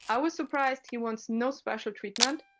i was surprised he wants no special treatment,